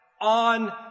on